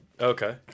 okay